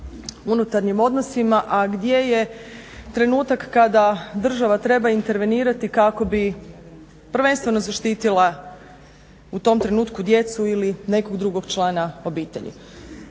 unutarnjim odnosima a gdje je trenutak kada država treba intervenirati kako bi prvenstveno zaštitila u tom trenutku djecu ili nekog drugog člana obitelji.